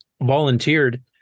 volunteered